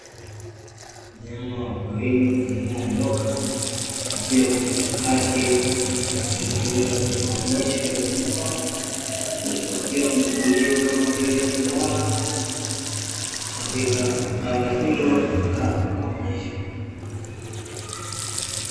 Mnyama wa porini aina ya nyoka, akiwa kwenye banda lake katika viunga vya maonyesho ya wanyama, huku akiwa ametulia kama vile amelala katika banda hilo la maonyesho.